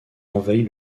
envahit